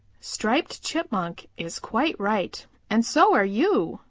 striped chipmunk is quite right and so are you,